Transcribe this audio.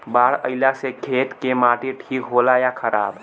बाढ़ अईला से खेत के माटी ठीक होला या खराब?